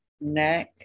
neck